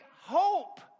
hope